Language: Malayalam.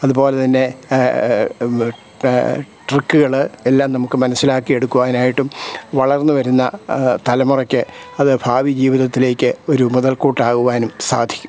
അതുപോലെ തന്നെ ട്രിക്കുകൾ എല്ലാം നമുക്കു മനസ്സിലാക്കി എടുക്കുവാനായിട്ടും വളർന്നുവരുന്ന തലമുറയ്ക്ക് അത് ഭാവി ജീവിതത്തിലേക്ക് ഒരു മുതൽകൂട്ടാകുവാനും സാധിക്കും